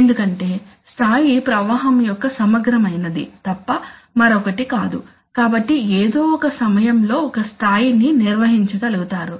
ఎందుకంటే స్థాయి ప్రవాహం యొక్క సమగ్రమైనది తప్ప మరొకటి కాదు కాబట్టి ఏదో ఒక సమయంలో ఒక స్థాయిని నిర్వహించగలుగుతారు